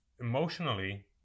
emotionally